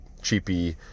cheapy